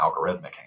algorithmic